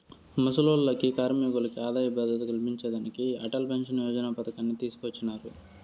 ముసలోల్లకి, కార్మికులకి ఆదాయ భద్రత కల్పించేదానికి అటల్ పెన్సన్ యోజన పతకాన్ని తీసుకొచ్చినారు